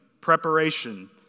preparation